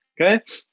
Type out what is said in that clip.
okay